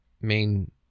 main